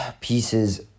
pieces